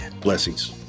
Blessings